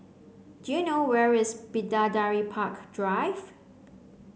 do you know where is Bidadari Park Drive